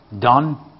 done